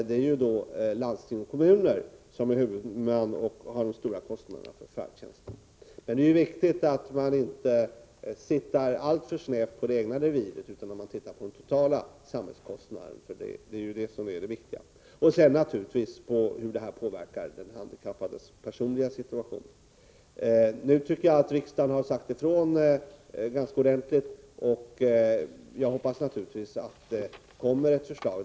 Det är landsting och kommuner som är huvudmän och som har de stora kostnaderna för färdtjänsten. Det är viktigt att man inte tittar alltför snävt på det egna reviret, utan att man ser på den totala samhällskostnaden — det är den som är det viktiga. Vidare bör man se hur detta påverkar den handikappades personliga situation. Nu tycker jag att riksdagen har sagt ifrån ganska ordentligt, och jag hoppas naturligtvis att det framläggs ett förslag.